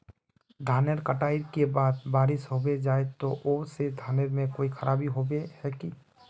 धानेर कटाई के बाद बारिश होबे जाए है ओ से धानेर में कोई खराबी होबे है की?